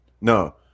No